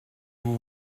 vous